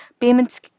payments